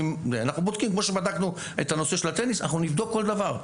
כמו שבדקנו את נושא הטניס אנחנו נבדוק כל דבר.